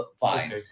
fine